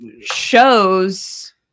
shows